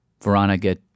Veronica